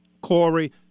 Corey